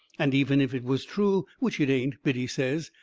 and even if it was true, which it ain't biddy says,